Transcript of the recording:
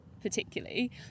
particularly